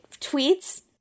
Tweets